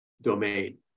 domain